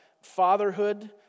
fatherhood